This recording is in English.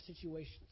situations